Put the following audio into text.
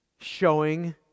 showing